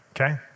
okay